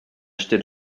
acheter